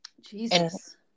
jesus